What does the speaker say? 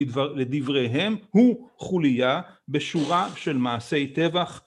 לדבריהם הוא חוליה בשורה של מעשי טבח